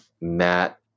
Matt